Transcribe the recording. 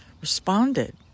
responded